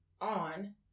on